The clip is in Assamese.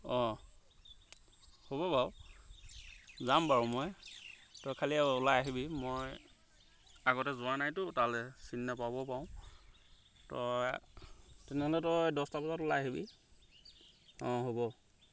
অঁ হ'ব বাৰু যাম বাৰু মই তই খালি ওলাই আহিবি মই আগতে যোৱা নাইতো তালৈ চিনি নাপাবও পাৰোঁ তই তেনেহ'লে তই দহটা বজাত ওলাই আহিবি অঁ হ'ব